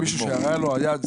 מישהו שאין לו יד,